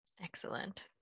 Excellent